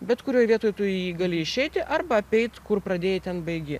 bet kurioj vietoj tu į jį gali išeiti arba apeit kur pradėjai ten baigi